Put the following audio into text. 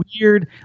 weird